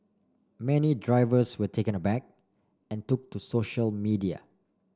many drivers were taken aback and took to social media